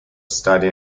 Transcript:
study